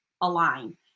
align